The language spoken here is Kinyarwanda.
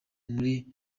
muri